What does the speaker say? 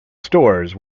stores